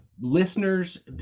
listeners